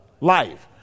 life